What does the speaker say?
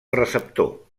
receptor